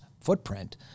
footprint